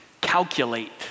calculate